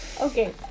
Okay